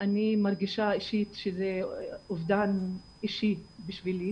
אני מרגישה אישית שזה אובדן אישי בשבילי,